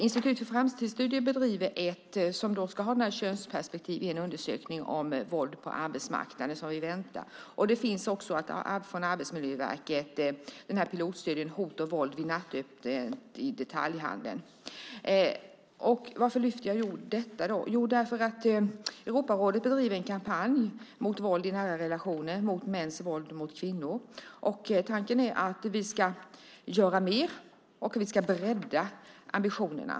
Institutet för Framtidsstudier håller på med en undersökning, som då ska ha det här könsperspektivet, om våld på arbetsmarknaden, som vi väntar på. Från Arbetsmiljöverket finns också pilotstudien Hot och våld vid nattöppen detaljhandel . Varför lyfter jag då upp detta? Jo, det gör jag därför att Europarådet bedriver en kampanj mot våld i nära relationer, mot mäns våld mot kvinnor. Tanken är att vi ska göra mer. Vi ska bredda ambitionerna.